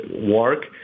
work